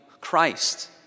Christ